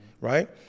right